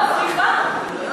לא, סליחה.